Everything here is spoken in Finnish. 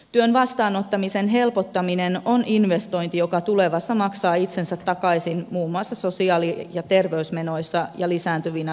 työn vastaanottamisen helpottaminen on investointi joka tulevaisuudessa maksaa itsensä takaisin muun muassa sosiaali ja terveysmenoissa ja lisääntyvinä verotuloina